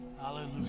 Hallelujah